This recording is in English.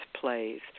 plays